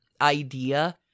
idea